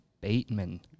Bateman